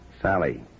Sally